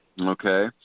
Okay